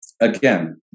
Again